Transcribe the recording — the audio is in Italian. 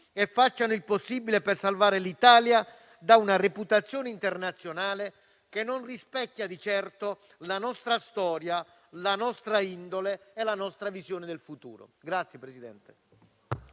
si faccia il possibile per salvare l'Italia da una reputazione internazionale che non rispecchia di certo la nostra storia, la nostra indole e la nostra visione del futuro. **Atti e documenti,